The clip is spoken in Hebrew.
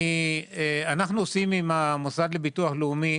אנחנו עושים עם המוסד לביטוח לאומי,